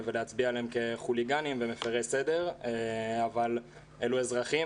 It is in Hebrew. כחוליגנים ומפרי סדר אבל אלו אזרחים,